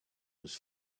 was